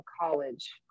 college